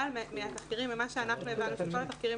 אבל מהתחקירים וממה שאנחנו הבנו מכל התחקירים